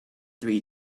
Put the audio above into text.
three